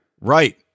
right